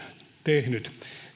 tehnyt